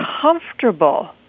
comfortable